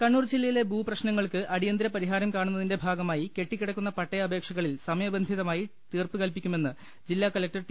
കണ്ണൂർ ജില്ലയിലെ ഭൂപ്രശ്നങ്ങൾക്ക് അടിയന്തര പരിഹാരം കാണുന്നതിന്റെ ഭാഗമായി കെട്ടിക്കിടക്കുന്ന പട്ടയ അപേക്ഷകളിൽ സമയബന്ധിതമായി തീർപ്പ് കൽപ്പിക്കുമെന്ന് ജില്ലാ കലക്ടർ ടി